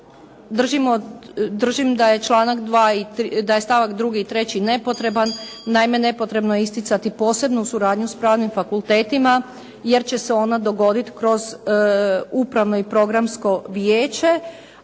držim da je stavak 2. i 3. nepotreban. Naime, nepotrebno je isticati posebnu suradnju s Pravnim fakultetima, jer će se ona dogoditi kroz upravno i programsko vijeće,